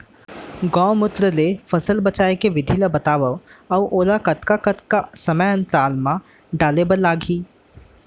गौमूत्र ले फसल बचाए के विधि ला बतावव अऊ ओला कतका कतका समय अंतराल मा डाले बर लागही?